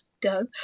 go